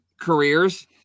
careers